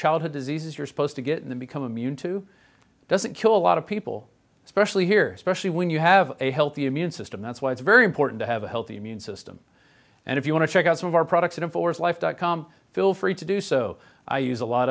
childhood diseases you're supposed to get the become immune to doesn't kill a lot of people especially here specially when you have a healthy immune system that's why it's very important to have a healthy immune system and if you want to check out some of our products in force life dot com feel free to do so i use a lot